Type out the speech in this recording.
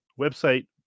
website